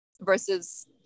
versus